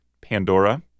pandora